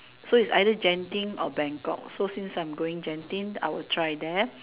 so is either Genting or Bangkok so since I'm going Genting I will try there